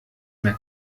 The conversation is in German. mehr